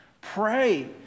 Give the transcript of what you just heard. Pray